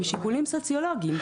משיקולים סוציולוגיים,